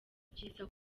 byiza